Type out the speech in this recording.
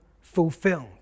fulfilled